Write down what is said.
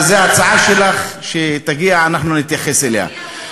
אז זו הצעה שלך, כשהיא תגיע אנחנו נתייחס אליה.